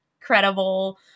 credible